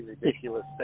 ridiculous